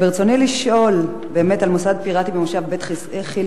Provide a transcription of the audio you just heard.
ברצוני לשאול באמת על מוסד פיראטי במושב בית-חלקיה.